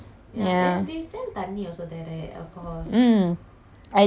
mm I just said what I drank JD and then I was dying together with me